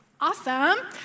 Awesome